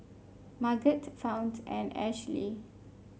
Margot Fount and Ashli